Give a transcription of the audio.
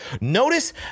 notice